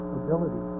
ability